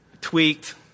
tweaked